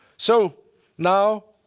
so now